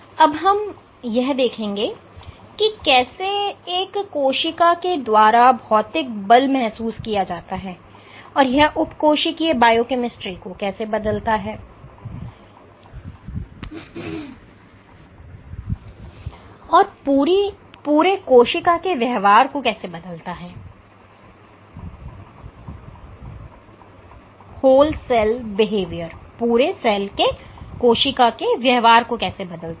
अब हम यह देखेंगे कि कैसे एक कोशिका के द्वारा भौतिक बल महसूस किया जाता है एवं यह उप कोशिकीय बायोकेमिस्ट्री को कैसे बदलता है और पूरे कोशिका के व्यवहार को कैसे बदलता है